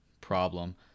problem